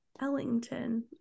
Ellington